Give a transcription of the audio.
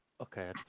Okay